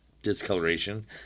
discoloration